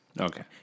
Okay